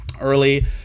early